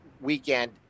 weekend